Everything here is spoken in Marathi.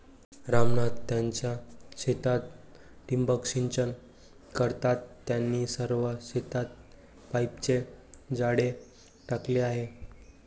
राम नाथ त्यांच्या शेतात ठिबक सिंचन करतात, त्यांनी सर्व शेतात पाईपचे जाळे टाकले आहे